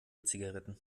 zigaretten